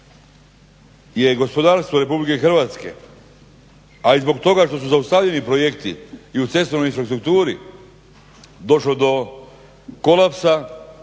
je gospodarstvo RH, a i zbog toga što su zaustavljeni projekti i u cestovnoj infrastrukturi došlo do kolapsa,